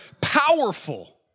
powerful